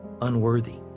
unworthy